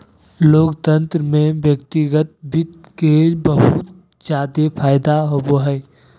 लोकतन्त्र में व्यक्तिगत वित्त के बहुत जादे फायदा होवो हय